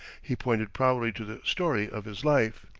he pointed proudly to the story of his life.